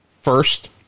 first